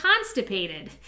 constipated